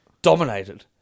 Dominated